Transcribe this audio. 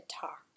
talk